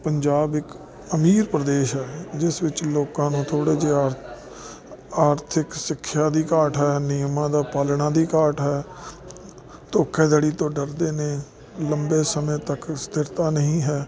ਪੰਜਾਬ ਇੱਕ ਅਮੀਰ ਪ੍ਰਦੇਸ਼ ਆ ਜਿਸ ਵਿੱਚ ਲੋਕਾਂ ਨੂੰ ਥੋੜਾ ਜਿਹਾ ਆਰਥਿਕ ਸਿੱਖਿਆ ਦੀ ਘਾਟ ਹੈ ਨਿਯਮਾਂ ਦਾ ਪਾਲਣਾ ਦੀ ਘਾਟ ਹੈ ਧੋਖੇਦੜੀ ਤੋਂ ਡਰਦੇ ਨੇ ਲੰਬੇ ਸਮੇਂ ਤੱਕ ਸਥਿਰਤਾ ਨਹੀਂ ਹੈ